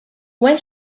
when